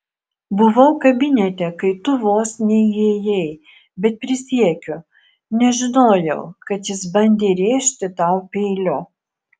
buvau kabinete kai tu vos neįėjai bet prisiekiu nežinojau kad jis bandė rėžti tau peiliu